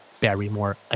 Barrymore